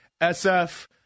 SF